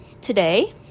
today